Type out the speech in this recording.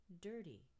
dirty